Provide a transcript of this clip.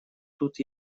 тут